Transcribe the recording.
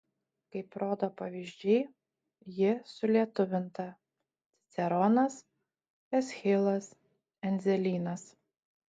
kaip rodo pavyzdžiai ji sulietuvinta ciceronas eschilas endzelynas